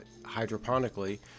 hydroponically